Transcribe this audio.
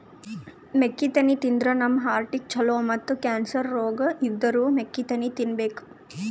ಮೆಕ್ಕಿತೆನಿ ತಿಂದ್ರ್ ನಮ್ ಹಾರ್ಟಿಗ್ ಛಲೋ ಮತ್ತ್ ಕ್ಯಾನ್ಸರ್ ರೋಗ್ ಇದ್ದೋರ್ ಮೆಕ್ಕಿತೆನಿ ತಿನ್ಬೇಕ್